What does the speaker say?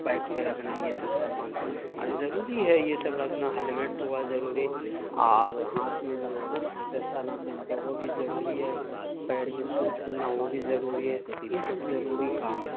bike پہ رکھنا یہ سب سامان اور ضروری ہے یہ سب رکھنا ہیلمیٹ ہوا ضروری اور ہاتھ میں جو دستانہ پہنتے ہیں وہ بھی ضروری ہے پیر میں شوج پہننا وہ بھی ضروری ہے یہ سب ضروری کام